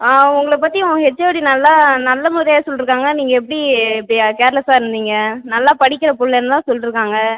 ஆ உங்களை பற்றி உங்கள் ஹெச்ஓடி நல்லா நல்ல முறையாக சொல்லிருக்காங்க நீங்கள் எப்படி இப்படி கேர்லெஸ்ஸாக இருந்தீங்க நல்லா படிக்கிற பிள்ளன்லாம் சொல்லிருக்காங்க